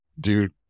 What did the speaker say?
dude